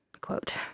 quote